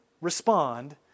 respond